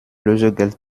lösegeld